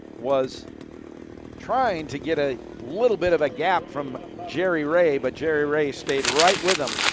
was trying to get a little bit of a gap from jerry raye but jerry raye stayed right with him.